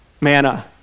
Manna